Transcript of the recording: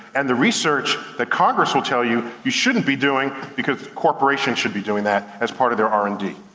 and the research that congress will tell you you shouldn't be doing, because corporations should be doing that as part of their r and d.